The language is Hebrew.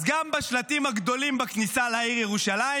אז גם בשלטים הגדולים בכניסה לעיר ירושלים